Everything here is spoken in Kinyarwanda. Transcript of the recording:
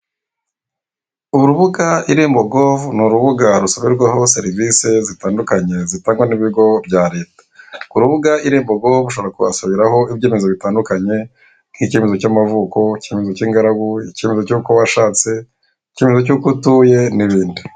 Urubuga irembo.gov n'urubuga rusabirwaho serivise zitandukanye zitangwa n'ibigo bya Leta. Urubuga irembo.gov ushobora kuhasabiraho ibyemezo bitandukanye nk'icyemezo cy'amavuko, icyemezo cy'ingaragu, icyemezo cy'uko washatse, icyemezo cyuko utuye n'ibindi.